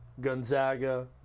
Gonzaga